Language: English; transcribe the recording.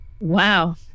Wow